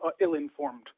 ill-informed